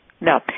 No